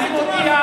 אדוני,